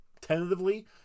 tentatively